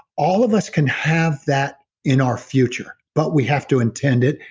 all of us can have that in our future, but we have to intend it.